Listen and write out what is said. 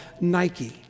Nike